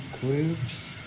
Groups